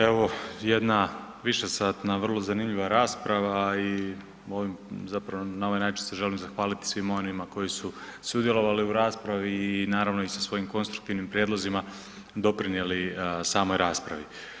Evo, jedna višesatna, vrlo zanimljiva rasprava i ovim zapravo, na ovaj način se želim zahvaliti svima onima koji su sudjelovali u raspravi i naravno i sa svojim konstruktivnim prijedlozima doprinijeli samoj raspravi.